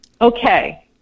Okay